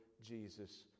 Jesus